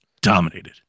dominated